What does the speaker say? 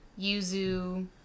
yuzu